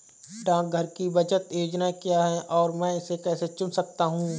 डाकघर की बचत योजनाएँ क्या हैं और मैं इसे कैसे चुन सकता हूँ?